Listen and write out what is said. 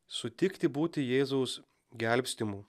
sutikti būti jėzaus gelbstimu